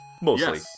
mostly